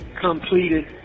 completed